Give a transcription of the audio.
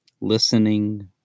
listening